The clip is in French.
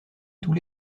tous